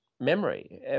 memory